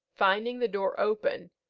finding the door open,